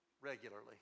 regularly